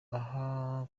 aha